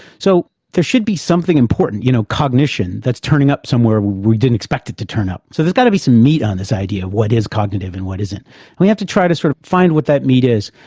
so, there should be something important, you know, cognition, that's turning up somewhere we didn't expect it to turn up. so there's got to be some meat on this idea what is cognitive and what isn't and we have to try to sort of find what that meat is,